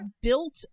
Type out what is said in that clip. built